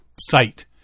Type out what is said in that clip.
site